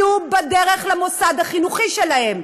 כולם היו בדרך למוסד החינוכי שלהם.